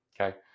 okay